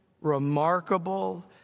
remarkable